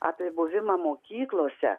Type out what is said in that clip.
apie buvimą mokyklose